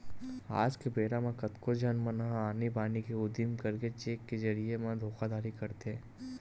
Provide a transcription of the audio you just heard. आज के बेरा म कतको झन मन ह आनी बानी के उदिम करके चेक के जरिए म धोखाघड़ी करथे